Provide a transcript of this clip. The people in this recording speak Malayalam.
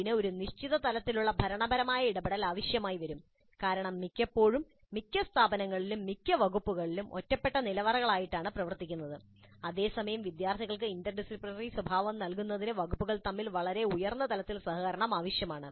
ഇതിന് ഒരു നിശ്ചിത തലത്തിലുള്ള ഭരണപരമായ ഇടപെടൽ ആവശ്യമായി വരും കാരണം മിക്കപ്പോഴും മിക്ക സ്ഥാപനങ്ങളിലും മിക്ക വകുപ്പുകളും ഒറ്റപ്പെട്ട നിലവറകളായിട്ടാണ് പ്രവർത്തിക്കുന്നത് അതേസമയം വിദ്യാർത്ഥികൾക്ക് ഇന്റർ ഡിസിപ്ലിനറി സ്വഭാവം നൽകുന്നതിന് വകുപ്പുകൾ തമ്മിൽ വളരെ ഉയർന്ന തലത്തിൽ സഹകരണം ആവശ്യമാണ്